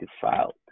defiled